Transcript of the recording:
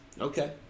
Okay